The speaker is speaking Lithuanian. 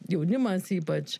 jaunimas ypač